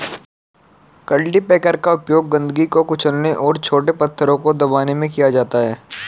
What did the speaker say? cultipacker का उपयोग गंदगी को कुचलने और छोटे पत्थरों को दबाने में किया जाता है